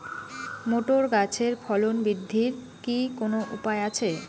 Motor গাছের ফলন বৃদ্ধির কি কোনো উপায় আছে?